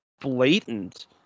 blatant